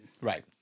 Right